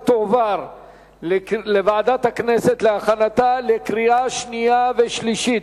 ותועבר לוועדת הכנסת להכנתה לקריאה שנייה וקריאה שלישית.